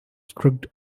strict